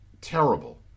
Terrible